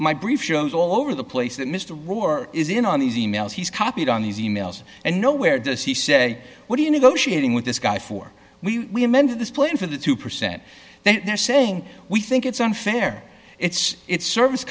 my brief shows all over the place that mr war is in on these e mails he's copied on these emails and nowhere does he say what do you negotiating with this guy for we ended this plan for the two percent they're saying we think it's unfair it's its service